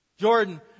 Jordan